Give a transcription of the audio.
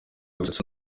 gusetsa